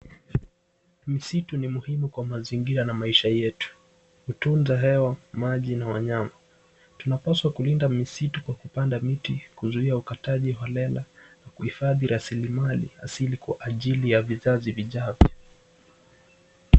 Misitu ni muhimu kwa mazingira na maisha yetu. Hutunza hewa, maji na wanyama . Tunapaswa kulinda misitu kwa kupanda miti ,kuzuia ukataji holela na kuhifadhi rasilimali asili kwa ajili ya vizazi vijavyo.